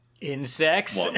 insects